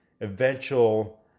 eventual